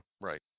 right